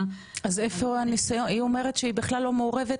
--- היא אומרת שהיא בכלל לא מעורבת,